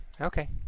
Okay